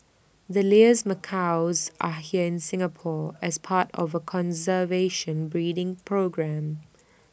the Lear's macaws are here in Singapore as part of A conservation breeding programme